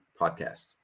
podcast